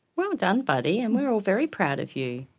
well done buddy, and we're all very proud of you,